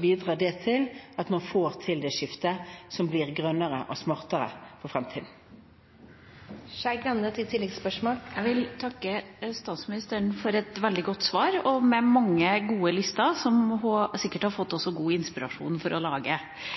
bidrar det til at man får til det skiftet som gir en grønnere og smartere fremtid. Jeg vil takke statsministeren for et veldig godt svar, og med mange gode lister, som hun sikkert også har fått god inspirasjon til å lage.